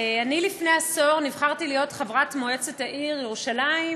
לפני עשור נבחרתי להיות חברת מועצת העיר ירושלים,